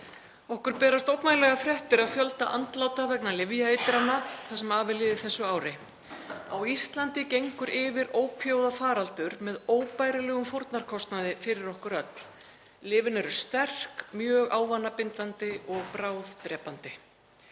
Okkur berast ógnvænlegar fréttir af fjölda andláta vegna lyfjaeitrunar það sem af er liðið þessu ári. Á Íslandi gengur yfir ópíóíðafaraldur með óbærilegum fórnarkostnaði fyrir okkur öll. Lyfin eru sterk, mjög ávanabindandi og bráðdrepandi.